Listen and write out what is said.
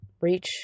reach